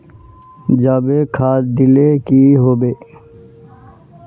जाबे खाद दिले की होबे?